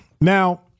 Now